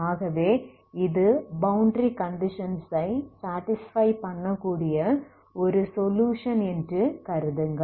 ஆகவே இது boundary conditions ஐ சாடிஸ்ஃபை பண்ணக்கூடிய ஒரு சொலுயுஷன் என்று கருதுங்கள்